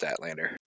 Statlander